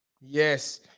yes